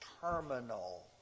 terminal